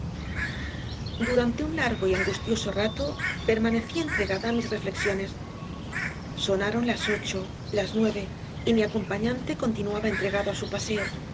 urante un largo y angustioso rato permanecíentregada a mis reflexiones sonaron las ocho las nueve y mi acompañante continuaba entregado a su paseo